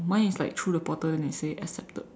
mine is like through the portal then they said accepted